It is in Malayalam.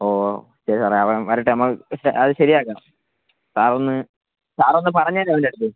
ഓ ശരി സാറേ അവൻ വരട്ടെ നമ്മൾ അത് ശരിയാക്കാം സാർ ഒന്ന് സാർ ഒന്ന് പറഞ്ഞേര് അവൻ്റെ അടുത്ത്